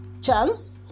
chance